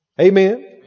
Amen